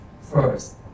First